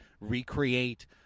recreate